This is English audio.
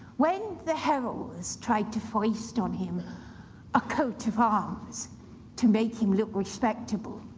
when the heralds tried to foist on him him a coat of arms to make him look respectable,